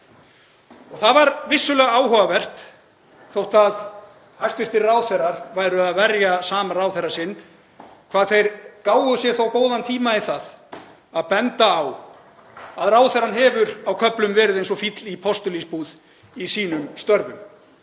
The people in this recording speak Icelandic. Það var vissulega áhugavert, þótt hæstv. ráðherrar væru að verja samráðherra sinn, hvað þeir gáfu sér góðan tíma í það að benda á að ráðherrann hefur á köflum verið eins og fíll í postulínsbúð í störfum